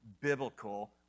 biblical